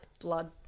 blood